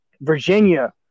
Virginia